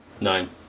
Nine